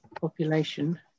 population